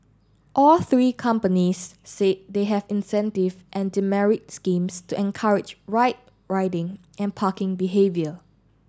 all three companies said they have incentive and demerit schemes to encourage right riding and parking behaviour